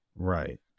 Right